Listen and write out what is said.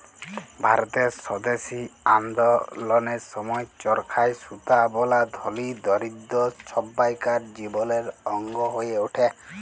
ভারতের স্বদেশী আল্দললের সময় চরখায় সুতা বলা ধলি, দরিদ্দ সব্বাইকার জীবলের অংগ হঁয়ে উঠে